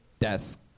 desk